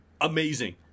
Amazing